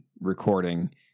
recording